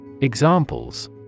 Examples